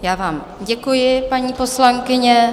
Já vám děkuji, paní poslankyně.